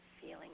feeling